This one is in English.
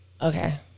Okay